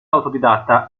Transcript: autodidatta